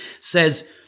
says